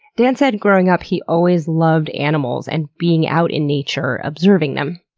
dan said, growing up he always loved animals and being out in nature observing them.